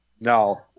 No